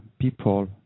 people